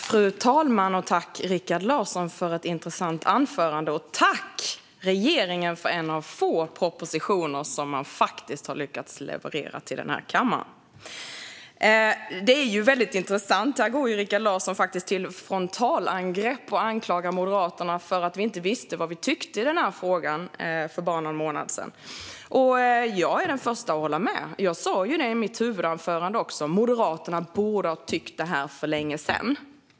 Fru talman! Tack, Rikard Larsson, för ett intressant anförande! Och tack, regeringen, för en av få propositioner som man faktiskt lyckats leverera till denna kammare! Detta är väldigt intressant. Rikard Larsson går till frontalangrepp och anklagar Moderaterna för att vi inte visste vad vi tyckte i den här frågan för bara någon månad sedan. Jag är den första att hålla med. Jag sa också i mitt anförande att Moderaterna borde ha tyckt så här för länge sedan.